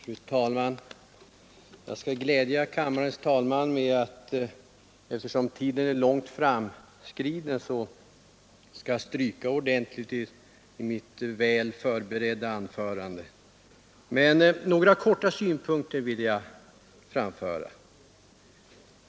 Fru talman! Jag skall glädja kammarens talman med att jag, eftersom tiden är långt framskriden, skall stryka ordentligt i mitt väl förberedda anförande. Men några korta synpunkter vill jag framföra.